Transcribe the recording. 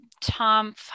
Tom